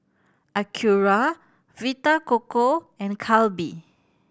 Acura Vita Coco and Calbee